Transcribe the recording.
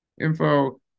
info